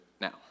now